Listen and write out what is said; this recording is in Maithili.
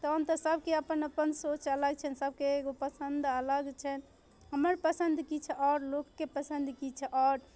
तहन तऽ सभके अपन अपन सोच अलग छनि सभके एगो पसन्द अलग छनि हमर पसन्द किछु आओर लोकके पसन्द किछु आओर